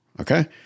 Okay